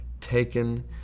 taken